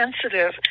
sensitive